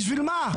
בשביל מה?